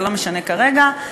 זה לא משנה כרגע,